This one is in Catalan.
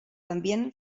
envien